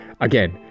again